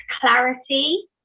clarity